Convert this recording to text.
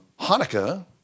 Hanukkah